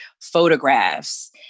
photographs